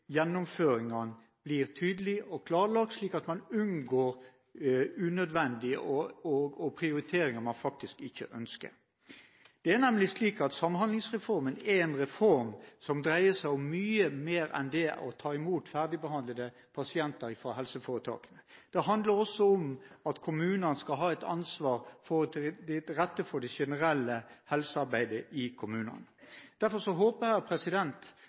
gjennomføringen blir tydelige og klarlagt, slik at man unngår prioriteringer man faktisk ikke ønsker? Det er nemlig slik at Samhandlingsreformen er en reform som dreier seg om mye mer enn det å ta imot ferdigbehandlede pasienter fra helseforetak. Det handler også om at kommunene skal ha et ansvar for å legge til rette for det generelle helsearbeidet i kommunene. Derfor håper jeg